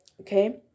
okay